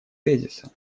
тезиса